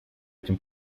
этим